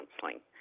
counseling